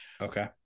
Okay